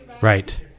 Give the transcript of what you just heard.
right